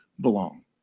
belong